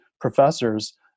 professors